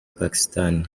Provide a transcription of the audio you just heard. pakistan